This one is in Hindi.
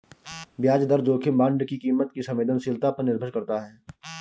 ब्याज दर जोखिम बांड की कीमत की संवेदनशीलता पर निर्भर करता है